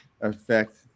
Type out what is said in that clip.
affect